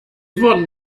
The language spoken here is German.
wurden